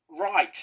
Right